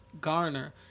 Garner